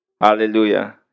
Hallelujah